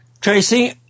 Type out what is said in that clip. Tracy